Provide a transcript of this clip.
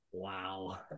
Wow